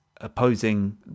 opposing